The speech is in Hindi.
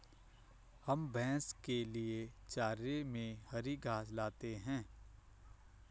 हम भैंस के लिए चारे में हरी घास लाते हैं